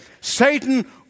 Satan